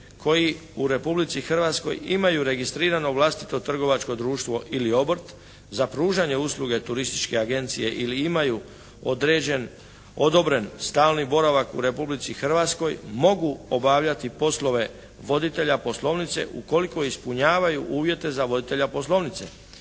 koji u Republici Hrvatskoj imaju registrirano vlastito trgovačko društvo ili obrt za pružanja usluge turističke agencije ili imaju određen, odobren stalni boravak u Republici Hrvatskoj mogu obavljati poslove voditelja poslovnice ukoliko ispunjavaju uvjete za voditelja poslovnice.